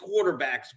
quarterbacks